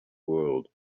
world